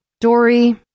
Dory